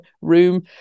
room